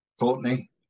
Courtney